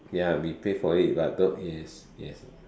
ya we pay for it but though yes yes